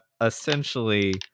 essentially